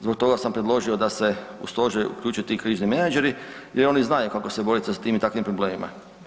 Zbog toga sam predložio da se u stožer uključe ti krizni menadžeri jer oni znaju kako se boriti sa tim i takvim problemima.